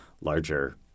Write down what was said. larger